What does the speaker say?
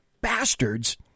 bastards